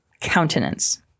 countenance